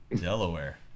Delaware